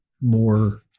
more